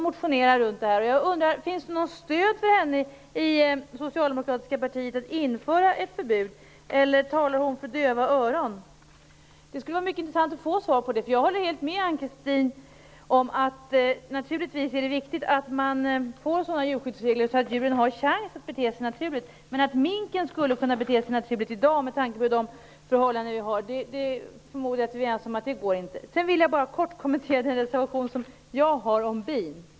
Finns det i det socialdemokratiska partiet något stöd för hennes tankar om att införa ett förbud, eller talar hon för döva öron? Det skulle vara mycket intressant att få ett svar på detta. Jag håller med om att det naturligtvis är viktigt att vi får sådana djurskyddsregler att djuren har en chans att bete sig naturligt. Jag förmodar att vi är överens om att minken inte kan bete sig naturligt med de förhållanden som finns i dag. Jag skall kort kommentera min reservation om bin.